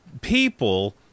people